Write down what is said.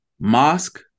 mosque